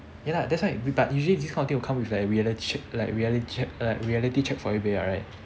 ya lah that's why we but usually this kind of thing will come with a reality check like reality check like reality check for you ah right